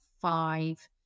five